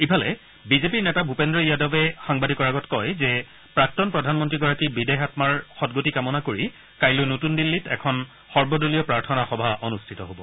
ইফালে বিজেপিৰ নেতা ভূপেন্দ্ৰ য়াদৰে সাংবাদিকৰ আগত কয় যে প্ৰাক্তন প্ৰধানমন্ৰীগৰাকীৰ বিদেহী আমাৰ সদগতি কামনা কৰি কাইলৈ নতূন দিল্লীত এখন সৰ্বদলীয় প্ৰাৰ্থনা সভা অনুষ্ঠিত হব